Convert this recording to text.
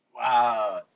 Wow